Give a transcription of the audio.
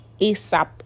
asap